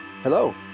Hello